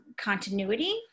continuity